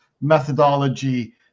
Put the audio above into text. methodology